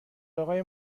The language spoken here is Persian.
اقای